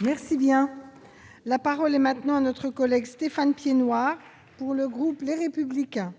Merci bien, la parole est maintenant notre collègue Stéphane Piednoir pour le groupe, les républicains.